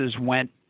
went